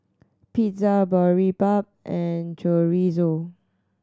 Pizza Boribap and Chorizo